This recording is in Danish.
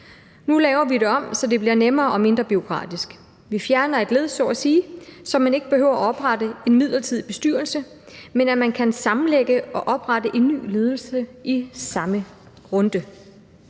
Nu laver vi det om, så det bliver nemmere og mindre bureaukratisk. Vi fjerner et led, så at sige, så man ikke behøver at oprette en midlertidig bestyrelse, men så man kan sammenlægge og oprette en ny ledelse i samme runde.